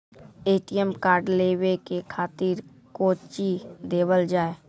ATM card लेवे के खातिर कौंची देवल जाए?